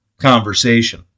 conversation